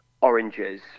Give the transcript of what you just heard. oranges